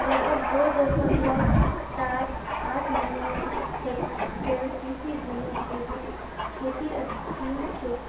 लगभग दो दश्मलव साथ आठ मिलियन हेक्टेयर कृषि भूमि जैविक खेतीर अधीन छेक